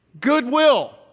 Goodwill